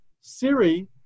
Siri